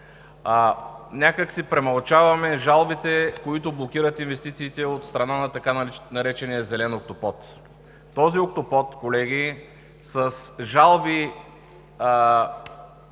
Някак си премълчаваме жалбите, които блокират инвестициите от страна на така наречения зелен октопод. Този октопод, колеги, с жалби,